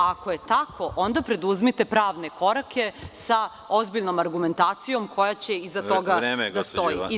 Ako je tako, onda preduzmite pravne korake sa ozbiljnom argumentacijom koja će iza toga da stoji. (Predsedavajući: Vreme.